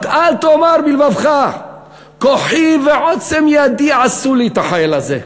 רק אל תאמר בלבבך כוחי ועוצם ידי עשו לי את החיל הזה.